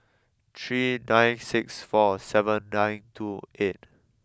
three nine six four seven nine two eight